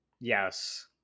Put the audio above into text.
yes